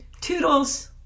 toodles